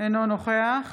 אינו נוכח